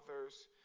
others